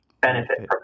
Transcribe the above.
benefit